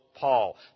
Paul